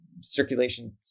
circulation